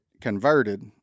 converted